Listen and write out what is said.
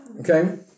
okay